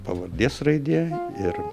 pavardės raidė ir